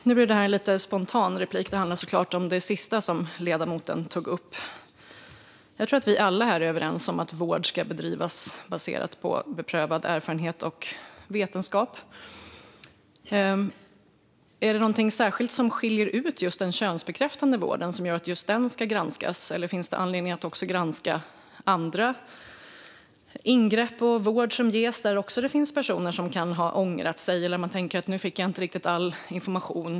Fru talman! Det här blir en lite spontan replik; det handlar såklart om det sista som ledamoten tog upp. Jag tror att vi alla här är överens om att vård ska bedrivas baserat på beprövad erfarenhet och vetenskap. Är det något särskilt som skiljer ut den könsbekräftande vården och gör att just den ska granskas, eller finns det anledning att även granska andra ingrepp och annan vård som ges, där det också kan finnas personer som har ångrat sig eller tänker att de inte riktigt fick all information?